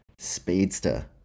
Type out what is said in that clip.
Speedster